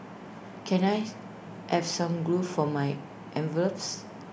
can I have some glue for my envelopes